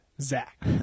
Zach